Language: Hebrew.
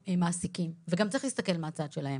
המעסיקים, וגם צריך להסתכל מהצד שלהם,